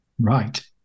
Right